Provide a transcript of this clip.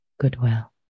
goodwill